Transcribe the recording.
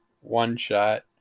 one-shot